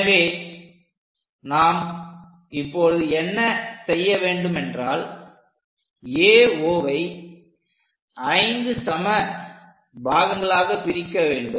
எனவே நாம் இப்போது என்ன செய்ய வேண்டுமென்றால் AO வை 5 சம பாகங்களாக பிரிக்க வேண்டும்